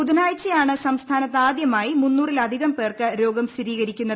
ബുധനാഴ്ചയാണ് സംസ്ഥാനത്ത് ആദ്യമായി മുന്നൂറിലധികം പേർക്ക് രോഗം സ്ഥിരീകരിക്കുന്നത്